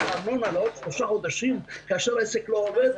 הארנונה לעוד שלושה חודשים כשהעסק לא עובד?